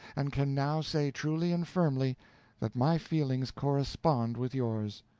and can now say truly and firmly that my feelings correspond with yours.